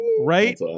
right